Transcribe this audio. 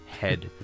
head